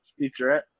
featurette